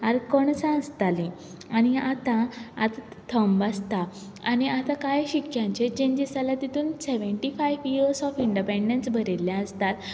कणसां आसतालीं आनी आतां आतां थंब आसता आनी आतां कांय शिक्क्यांचेर चेंजीस जाल्या तेतून seventy five years of independence बरयल्लें आसता